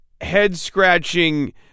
head-scratching